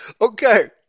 Okay